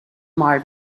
mal